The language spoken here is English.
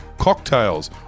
cocktails